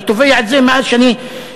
אני תובע את זה מאז שאני כאן,